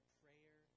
prayer